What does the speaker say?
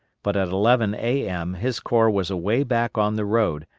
but at eleven a m. his corps was away back on the road,